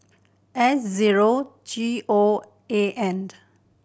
S zero G O A and